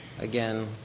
Again